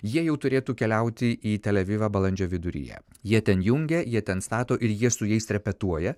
jie jau turėtų keliauti į tel avivą balandžio viduryje jie ten jungia jie ten stato ir jie su jais repetuoja